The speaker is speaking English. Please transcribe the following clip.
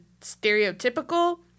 stereotypical